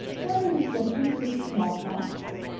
what are the symptoms of smallpox?